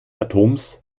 atoms